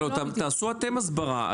אבל תעשו אתם הסברה.